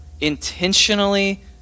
intentionally